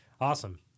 awesome